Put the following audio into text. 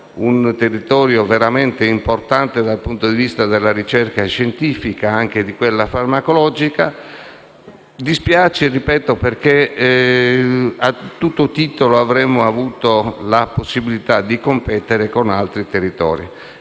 un territorio veramente importante dal punto di vista della ricerca scientifica e farmacologica. Dispiace perché a tutto titolo avremmo avuto la possibilità di competere con altri territori.